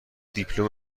دیپلم